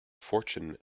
fortune